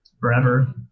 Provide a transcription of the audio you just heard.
forever